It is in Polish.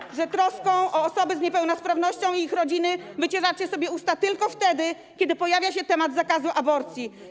Wiedzą, że troską o osoby z niepełnosprawnością i ich rodziny wycieracie sobie usta tylko wtedy, kiedy pojawia się temat zakazu aborcji.